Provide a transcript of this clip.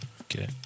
Okay